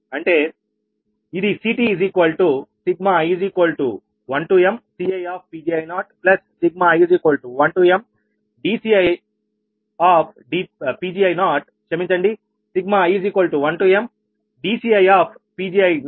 అంటే ఇదిCTi1mCiPgi0i1mdCiPgi0dPgiPgi